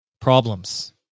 problems